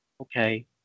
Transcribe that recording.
Okay